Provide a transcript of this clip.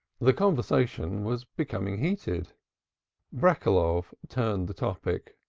the conversation was becoming heated breckeloff turned the topic.